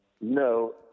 No